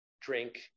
drink